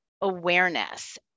awareness